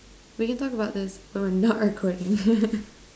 we can talk about this when we are not recording